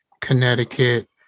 Connecticut